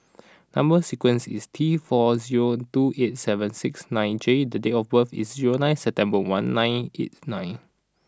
number sequence is T four zero two eight seven six nine J the date of birth is zero nine September one nine eight nine